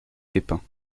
pépin